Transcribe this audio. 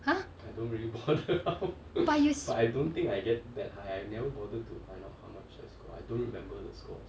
!huh! but you